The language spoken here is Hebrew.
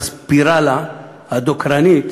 עם הספירלה הדוקרנית,